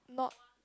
not